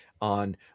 on